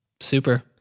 Super